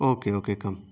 okay okay come